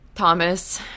thomas